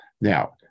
Now